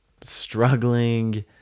struggling